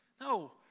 No